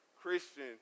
Christian